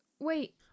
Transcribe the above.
Wait